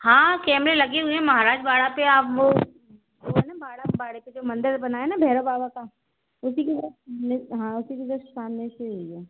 हाँ कैमरे लगे हुए हैं महाराज वाड़ा पर आप वह वह है ना महाराज वाड़े पर जो मंदिर बना है ना भैरव बाबा का उसी के हाँ उसी के जस्ट सामने से हुई है